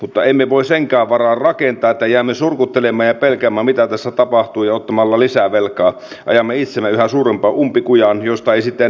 mutta emme voi senkään varaan rakentaa että jäämme surkuttelemaan ja pelkäämään mitä tässä tapahtuu ja ottamalla lisää velkaa ajamme itsemme yhä suurempaan umpikujaan josta ei sitten enää millään pääse